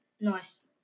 Nice